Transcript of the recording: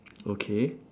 okay